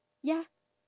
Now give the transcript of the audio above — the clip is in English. ya